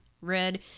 red